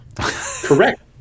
Correct